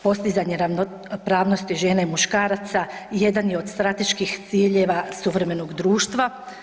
Postizanje ravnopravnosti žena i muškaraca jedan je od strateških ciljeva suvremenog društva.